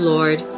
Lord